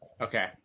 Okay